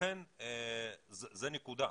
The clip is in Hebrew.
זו נקודה.